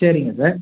சரிங்க சார்